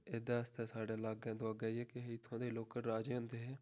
एह्दे आस्तै साढ़ै लागै दुआगै जेह्के हे इत्थुं दे लोकल राजे होंदे हे